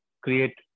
create